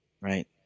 right